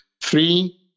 free